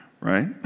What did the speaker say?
right